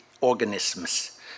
organisms